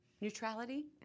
neutrality